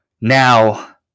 now